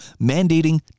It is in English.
mandating